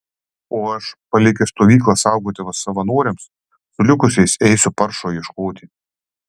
o aš palikęs stovyklą saugoti savanoriams su likusiais eisiu paršo ieškoti